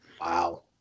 Wow